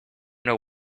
know